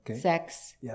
sex